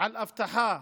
על אבטחה